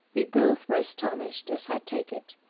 we both were astonished as i take it,